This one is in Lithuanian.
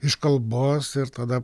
iš kalbos ir tada